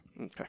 Okay